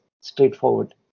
straightforward